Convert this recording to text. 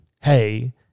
hey